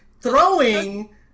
throwing